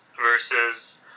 versus